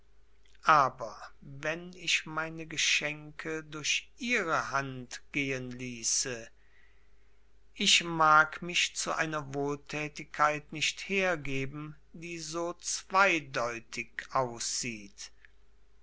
aber wenn ich meine geschenke durch ihre hand gehen ließe ich mag mich zu einer wohltätigkeit nicht hergeben die so zweideutig aussieht